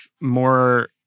more